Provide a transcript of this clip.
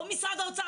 או משרד האוצר,